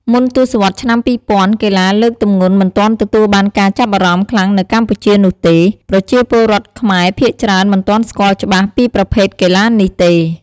មុនទសវត្សរ៍ឆ្នាំ២០០០ កីឡាលើកទម្ងន់មិនទាន់ទទួលបានការចាប់អារម្មណ៍ខ្លាំងនៅកម្ពុជានោះទេ។ ប្រជាពលរដ្ឋខ្មែរភាគច្រើនមិនទាន់ស្គាល់ច្បាស់ពីប្រភេទកីឡានេះទេ។